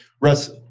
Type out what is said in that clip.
Russ